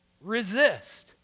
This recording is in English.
Resist